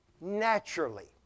naturally